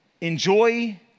enjoy